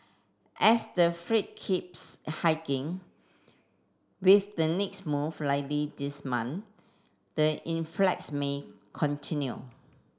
as the keeps hiking with the next move likely this month the influx may continue